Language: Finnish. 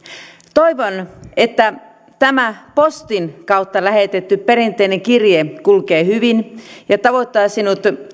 toivon että tämä postin kautta lähetetty perinteinen kirje kulkee hyvin ja tavoittaa sinut